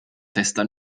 testa